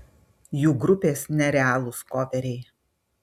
jų grupės nerealūs koveriai